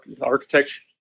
architecture